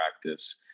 practice